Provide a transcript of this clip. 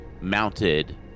mounted